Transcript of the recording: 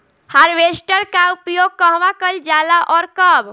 Harvester का उपयोग कहवा कइल जाला और कब?